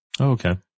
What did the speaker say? Okay